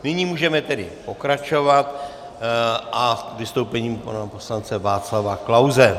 Nyní můžeme tedy pokračovat vystoupením pana poslance Václava Klause.